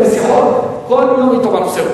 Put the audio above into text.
היו לנו שיחות כל הזמן על הנושא.